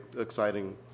exciting